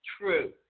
true